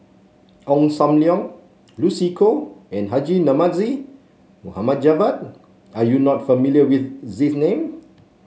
Ong Sam Leong Lucy Koh and Haji Namazie Mohd Javad are you not familiar with these name